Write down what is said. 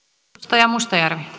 arvoisa